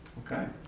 okay,